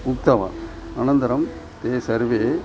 उक्तवान् अनन्तरं ते सर्वे